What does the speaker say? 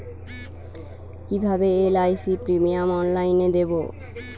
কিভাবে LIC premium অনলাইনে দেবো?